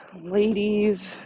ladies